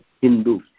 Hindu